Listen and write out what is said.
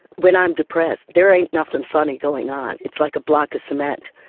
when i'm depressed, there ain't nothing funny going on. it's like a block of cement.